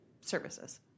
services